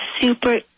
super